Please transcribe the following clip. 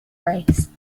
race